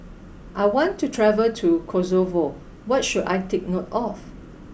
I want to travel to Kosovo what should I take note of